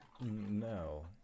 no